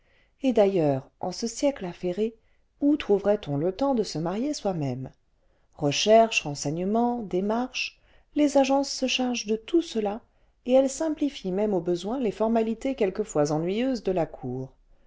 et d'ailleurs en ce siècle affairé où trouverait-on le temps de se marier soi-même recherches renseignements démarches les agences sei siècle chargent de tout cela et elles simplifient même an besoin les formalités quelquefois ennuyeuses de la cour